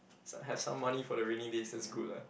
s~ have some money for the rainy days is good lah